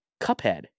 Cuphead